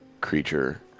creature